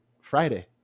Friday